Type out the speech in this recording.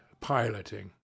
piloting